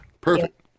perfect